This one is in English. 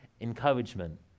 encouragement